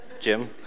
Jim